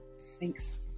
Thanks